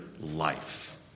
life